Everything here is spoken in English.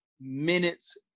minutes